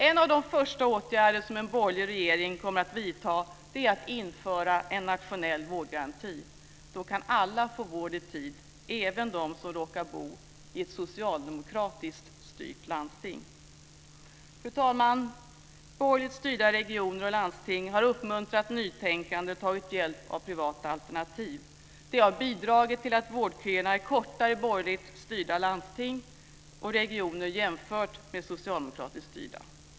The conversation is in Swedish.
En av de första åtgärder som en borgerlig regering kommer att vidta är att införa en nationell vårdgaranti. Då kan alla få vård i tid, även de som råkar bo i ett socialdemokratiskt styrt landsting. Fru talman! Borgerligt styrda regioner och landsting har uppmuntrat nytänkande och tagit hjälp av privata alternativ. Det har bidragit till att vårdköerna är kortare i borgerligt styrda landsting och regioner jämfört med socialdemokratiskt styrda.